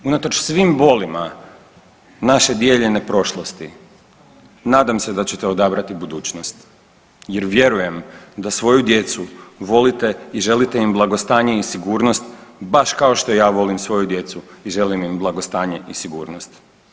Unatoč svim bolima naše dijeljene prošlosti nadam se da ćete odabrati budućnost, jer vjerujem da svoju djecu volite i želite im blagostanje i sigurnost baš kao što ja volim svoju djecu i želim im blagostanje i sigurnost.